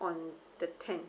on the tenth